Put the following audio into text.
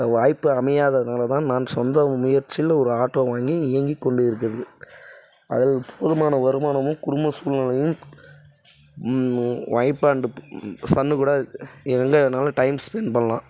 வாய்ப்பை அமையாததுனால்தான் நான் சொந்த முயற்சியில் ஒரு ஆட்டோ வாங்கி இயங்கி கொண்டு இருக்கிறது அதில் போதுமான வருமானமும் குடும்ப சூழ்நிலையும் ஒய்ப் அண்ட் சன் கூட எங்கே வேண்ணாலும் டைம் ஸ்பென்ட் பண்ணலாம்